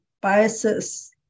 biases